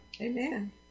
Amen